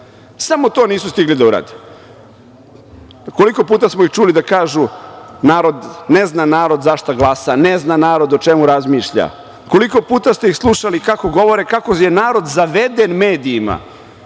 samo to još nisu stigli da urade. Koliko puta smo ih čuli da kažu – ne zna narod za šta glasa, ne zna narod o čemu razmišlja. Koliko puta ste ih slušali kako govore, kako je narod zaveden medijima.